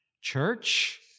Church